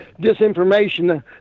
disinformation